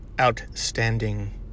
Outstanding